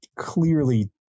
Clearly